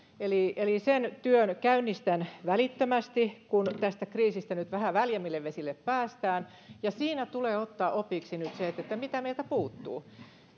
eli eli sen työn käynnistän välittömästi kun tästä kriisistä nyt vähän väljemmille vesille päästään ja siinä tulee ottaa opiksi nyt mitä meiltä puuttuu